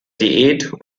diät